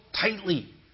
tightly